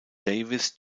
davies